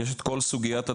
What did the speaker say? יש את כל סוגיית התנועה,